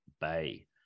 Bay